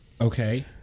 okay